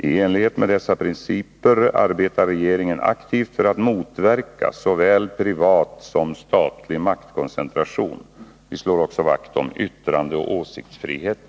I enlighet med dessa principer arbetar regeringen aktivt för att motverka såväl privat som statlig maktkoncentration. Vi slår också vakt om yttrandeoch åsiktsfriheten.